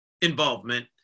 involvement